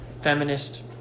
feminist